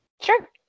Sure